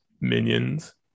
minions